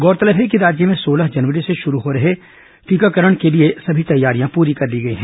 गौरतलब है कि राज्य में सोलह जनवरी से शुरू हो रहे टीकाकरण के लिए सभी तैयारियां पूरी कर ली गई हैं